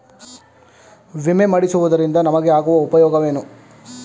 ವಿಮೆ ಮಾಡಿಸುವುದರಿಂದ ನಮಗೆ ಆಗುವ ಉಪಯೋಗವೇನು?